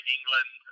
England